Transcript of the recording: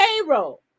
payroll